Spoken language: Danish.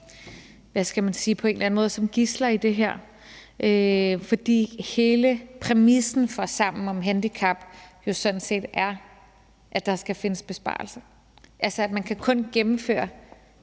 hvad skal man sige – gidsler i det her, fordi hele præmissen for Sammen om handicap jo sådan set er, at der skal findes besparelser. Altså, de egentlig